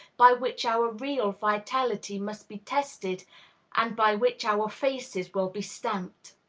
by which our real vitality must be tested and by which our faces will be stamped.